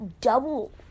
double